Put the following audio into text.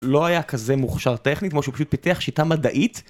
לא היה כזה מוכשר טכנית, כמו שהוא פשוט פיתח שיטה מדעית.